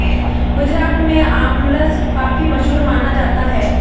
गुजरात में आमरस काफी मशहूर माना जाता है